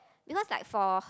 because like for